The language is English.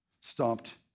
stopped